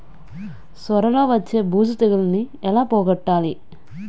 సొర లో వచ్చే బూజు తెగులని ఏల పోగొట్టాలి?